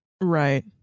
Right